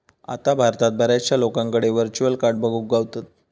आता भारतात बऱ्याचशा लोकांकडे व्हर्चुअल कार्ड बघुक गावतत